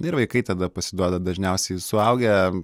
ir vaikai tada pasiduoda dažniausiai suaugę